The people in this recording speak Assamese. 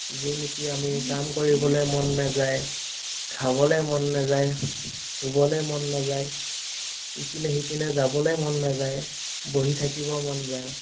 যোন নেকি আমি কাম কৰিবলৈ মন নাযায় খাবলৈ মন নাযায় শুবলৈ মন নাযায় ইপিনে সিপিনে যাবলৈ মন নাযায় বহি থাকিব মন যায়